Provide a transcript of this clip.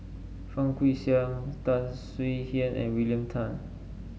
Fang Guixiang Tan Swie Hian and William Tan